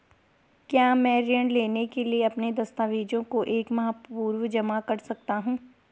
क्या मैं ऋण लेने के लिए अपने दस्तावेज़ों को एक माह पूर्व जमा कर सकता हूँ?